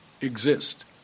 exist